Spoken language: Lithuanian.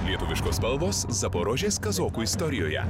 lietuviškos spalvos zaporožės kazokų istorijoje